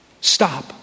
Stop